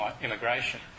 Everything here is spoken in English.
immigration